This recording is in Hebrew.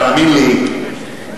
תאמין לי,